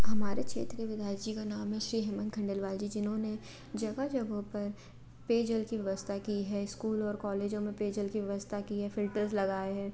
हमारे क्षेत्र में विधायक जी का नाम है श्रीमान खंडेलवाल जी जिन्होंने जगह जगहों पर पेयजल की व्यवस्था की है स्कूल और कॉलेजों में पेयजल की व्यवस्था की है फिल्टर्स लगाए हैं